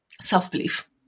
Self-belief